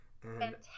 fantastic